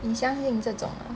你相信这种啊